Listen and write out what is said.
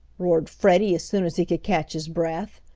roared freddie as soon as he could catch his breath.